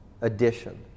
addition